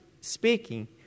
speaking